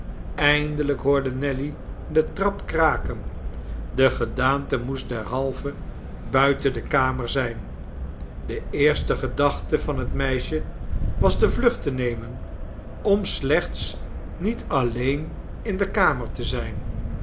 eindelijk hoorde nelly de trap kraken de gedaante moest derhalve buiten de kamer zijn de eerste gedachte van het meisje was de vlucht te nemen om slechts niet alleen in de kamer te zijn